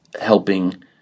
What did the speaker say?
helping